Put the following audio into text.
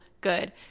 good